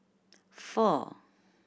four